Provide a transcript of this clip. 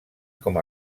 com